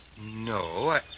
No